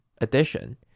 addition